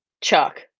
chuck